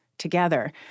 together